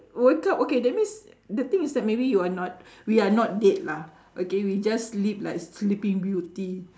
wake up okay that means the thing is that maybe you are not we are not dead lah okay we just sleep like sleeping beauty